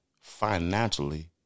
financially